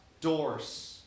doors